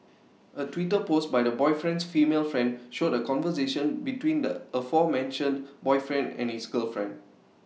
A Twitter post by the boyfriend's female friend showed A conversation between the aforementioned boyfriend and his girlfriend